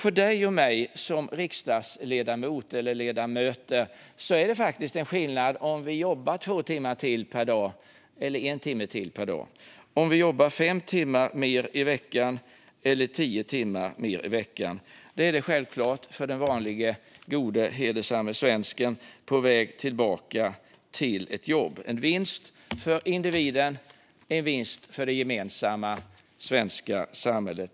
För dig och mig som riksdagsledamöter är det faktiskt skillnad om vi jobbar en eller två timmar till per dag, eller fem eller tio timmar mer i veckan. Det är det självklart också för den vanlige, gode, hedersamme svensken på väg tillbaka till ett jobb. Det är en vinst för individen och en vinst för det gemensamma svenska samhället.